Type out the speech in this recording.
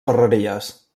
ferreries